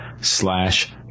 slash